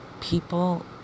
people